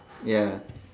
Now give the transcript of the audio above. ya